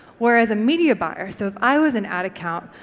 whereas a media buyer, so if i was an ad account,